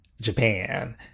Japan